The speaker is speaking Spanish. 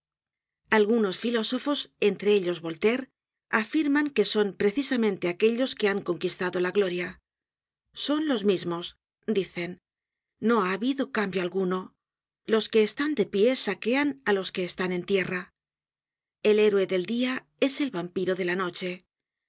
algunos filósofos entre ellos voltaire afirman que son precisamente aquellos que han conquistado la gloria son los mismos dicen no ha habido cambio alguno los que están de pie saquean á los que están en tierra el héroe del dia es el vampiro de la noche